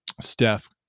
Steph